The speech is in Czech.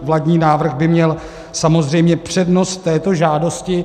Vládní návrh by měl samozřejmě přednost této žádosti.